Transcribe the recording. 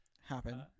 Happen